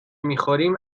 میخوریم